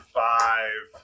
five